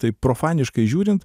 taip profaniškai žiūrint